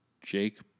Jake